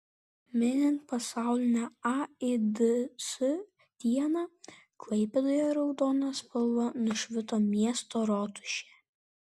minint pasaulinę aids dieną klaipėdoje raudona spalva nušvito miesto rotušė